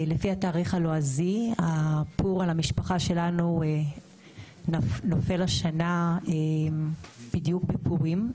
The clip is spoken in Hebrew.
לפי התאריך הלועזי הפור על המשפחה שלנו נופל השנה בדיוק בפורים,